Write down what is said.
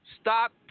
stop